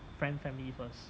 his friend family first